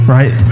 Right